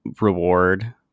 reward